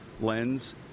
lens